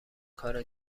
کار